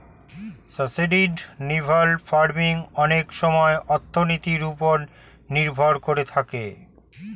sustainable farming অনেক সময়ে অর্থনীতির ওপর নির্ভর করে থাকে